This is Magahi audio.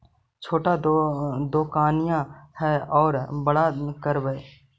छोटा दोकनिया है ओरा बड़ा करवै?